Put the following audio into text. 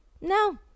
No